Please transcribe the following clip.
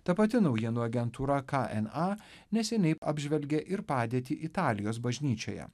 ta pati naujienų agentūra kna neseniai apžvelgė ir padėtį italijos bažnyčioje